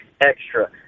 extra